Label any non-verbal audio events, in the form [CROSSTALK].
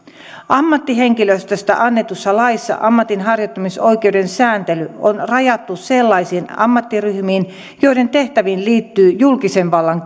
ammattihenkilöstöstä annetussa laissa ammatinharjoittamisoikeuden sääntely on rajattu sellaisiin ammattiryhmiin joiden tehtäviin liittyy julkisen vallan [UNINTELLIGIBLE]